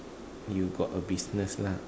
you got a business lah